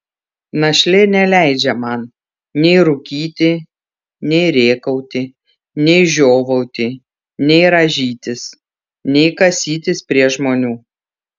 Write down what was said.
našlė neleidžia man nei rūkyti nei rėkauti nei žiovauti nei rąžytis nei kasytis prie žmonių